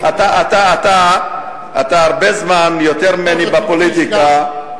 אתה הרבה יותר זמן ממני בפוליטיקה.